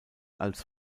als